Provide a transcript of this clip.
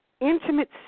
intimate